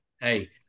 hey